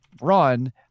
run